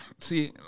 see